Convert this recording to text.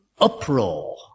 uproar